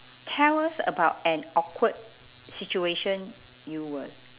tell us about an awkward situation you were